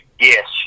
Yes